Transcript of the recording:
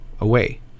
away